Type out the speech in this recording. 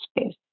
space